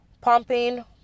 pumping